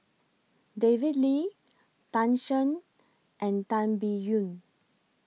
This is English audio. David Lee Tan Shen and Tan Biyun